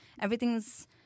everything's